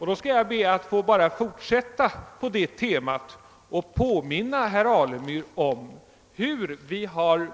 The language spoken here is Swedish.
Jag skall be att få fortsätta på detta tema och påminna herr Alemyr om hur vi har